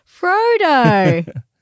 Frodo